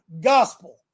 gospel